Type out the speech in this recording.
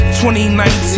2019